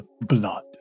blood